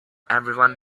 everyone